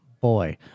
boy